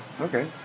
Okay